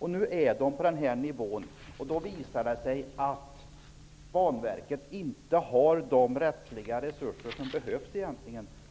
När nu investeringsnivån har ökat visar det sig att Banverket inte har de rättsliga resurser som behövs